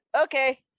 okay